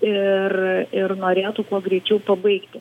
ir ir norėtų kuo greičiau pabaigti